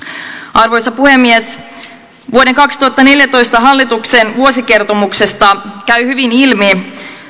arvoisa puhemies vuoden kaksituhattaneljätoista hallituksen vuosikertomuksesta käy hyvin ilmi